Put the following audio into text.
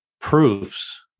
proofs